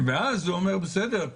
ואז הוא אומר: בסדר,